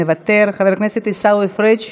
מוותר, חבר הכנסת עיסאווי פריג'